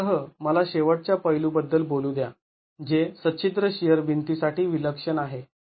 त्या सह मला शेवटच्या पैलू बद्दल बोलू द्या जे सच्छिद्र शिअर भिंतीसाठी विलक्षण आहे